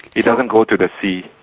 it doesn't go to the sea.